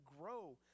grow